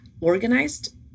organized